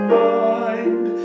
mind